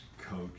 coach